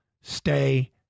Stay